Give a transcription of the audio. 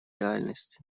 реальности